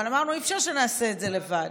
אבל אמרנו: אי-אפשר שנעשה את זה לבד.